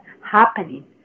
happening